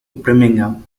birmingham